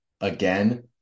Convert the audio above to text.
again